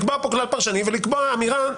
לקבוע כאן כלל פרשני ולקבוע אמירה,